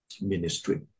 ministry